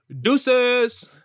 Deuces